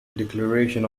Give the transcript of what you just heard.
declaration